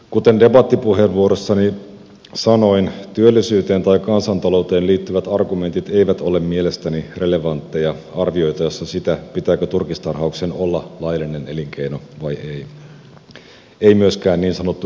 kuten debattipuheenvuorossani sanoin työllisyyteen tai kansantalouteen liittyvät argumentit eivät ole mielestäni relevantteja arvioitaessa sitä pitääkö turkistarhauksen olla laillinen elinkeino vai ei ei myöskään niin sanottu yleinen mielipide